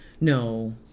No